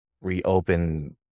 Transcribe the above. reopen